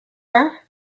her